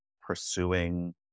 pursuing